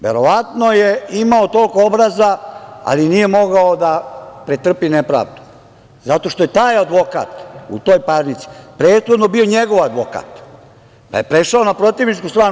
Verovatno je imao toliko obraza, ali nije mogao da pretrpi nepravdu zato što je taj advokat u toj parnici prethodno bio njegov advokat, pa je prešao na protivničku stranu.